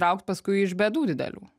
traukt paskui iš bėdų didelių